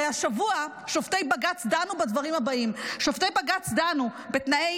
השבוע שופטי בג"ץ דנו בדברים הבאים: שופטי בג"ץ דנו בתנאי